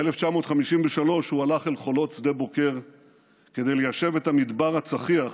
ב-1953 הוא הלך אל חולות שדה בוקר כדי ליישב את המדבר הצחיח,